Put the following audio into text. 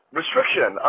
restriction